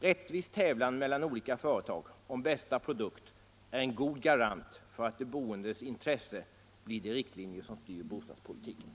Rättvis tävlan mellan olika företag om bästa produkt är en god garanti för att de boendes intressen blir de riktlinjer som styr bostadspolitiken.